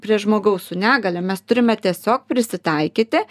prie žmogaus su negalia mes turime tiesiog prisitaikyti